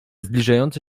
zbliżający